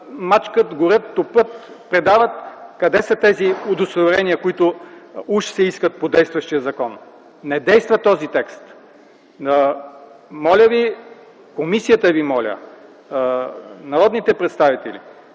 мачкат, горят, топят, предават. Къде са тези удостоверения, които уж се искат по действащия закон? Този текст не действа! Моля комисията, народните представители,